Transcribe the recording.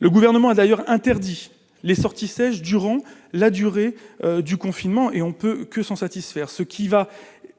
le gouvernement a d'ailleurs interdit les sorties sèches durant la durée du confinement et on peut que s'en satisfaire, ce qui va,